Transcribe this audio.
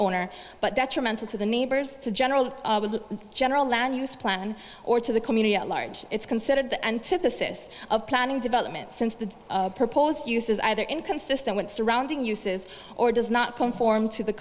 owner but detrimental to the neighbors to general general land use plan or to the community at large it's considered the antithesis of planning development since the proposed use is either inconsistent with the surrounding uses or does not conform to the